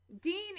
Dean